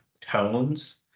tones